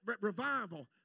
revival